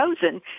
chosen